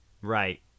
right